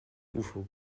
ufo